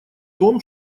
том